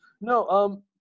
no